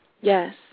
Yes